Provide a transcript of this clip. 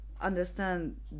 understand